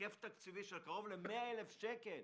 היקף תקציבי של קרוב ל-100,000 שקל